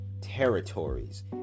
territories